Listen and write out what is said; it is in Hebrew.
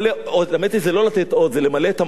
האמת היא, זה לא לתת עוד, זה למלא את המחסור.